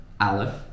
Aleph